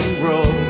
grow